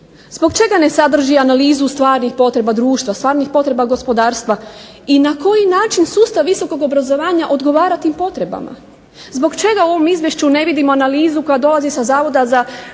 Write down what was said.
zbog čega ne sadrži analizu stvarnih potreba društva, stvarnih potrebna gospodarstva, i na koji način sustav visokog obrazovanja odgovara tim potrebama. Zbog čega u ovom izvješću ne vidimo analizu koja dolazi sa Zavoda za